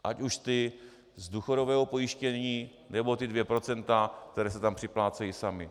Ať už ty z důchodového pojištění, nebo ta dvě procenta, která si tam připlácejí sami.